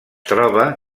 troba